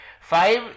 Five